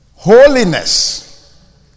Holiness